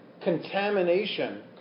contamination